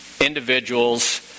individuals